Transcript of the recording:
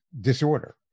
disorder